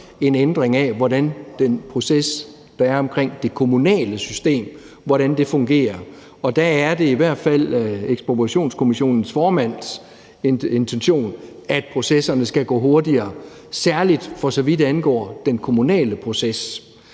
en ændring af, hvordan den proces, der er omkring det kommunale system, fungerer. Og der er det i hvert fald Ekspropriationskommissionens formands intention, at processerne skal gå hurtigere, særlig for så vidt angår den kommunale proces.